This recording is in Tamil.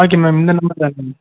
ஓகே மேம் இந்த நம்பர் தானே